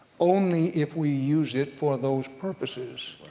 only if we use it for those purposes.